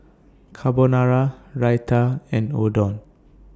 Carbonara Raita and Oden